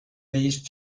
these